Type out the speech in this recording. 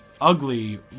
ugly